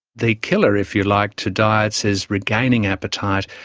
the killer, if you like, to diets is regaining appetite,